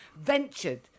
ventured